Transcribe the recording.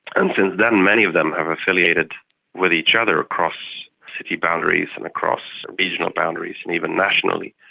and since then many of them have affiliated with each other across city boundaries and across regional boundaries and even nationally.